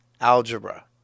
Algebra